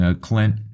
Clint